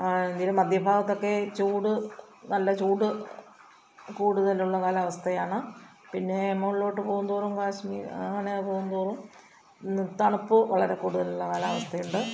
ഇന്ത്യയുടെ മധ്യഭാഗത്തൊക്കെ ചൂട് നല്ല ചൂട് കൂടുതലുള്ള കാലാവസ്ഥയാണ് പിന്നെ മുകളിലോട്ട് പോകുംതോറും കശ്മീർ അങ്ങനെ പോകുന്തോറും തണുപ്പ് വളരെ കൂടുതലുള്ള കാലാവസ്ഥയുണ്ട്